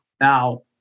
Now